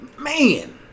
Man